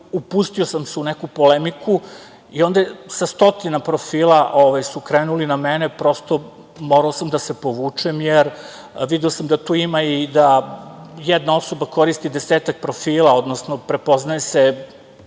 Upustio sam se u neku polemiku i onda su sa stotina profila krenuli na mene i prosto sam morao da se povučem jer video sam da jedna osoba koristi desetak profila, odnosno prepoznaje se